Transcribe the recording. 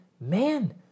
man